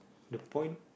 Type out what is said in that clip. the point